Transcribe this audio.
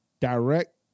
direct